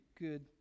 good